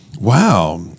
wow